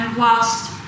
whilst